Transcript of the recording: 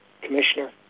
commissioner